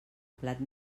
plat